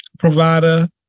Provider